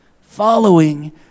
Following